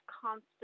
constant